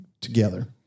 together